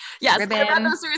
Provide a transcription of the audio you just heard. yes